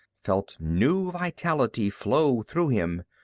felt new vitality flow through him.